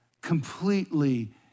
completely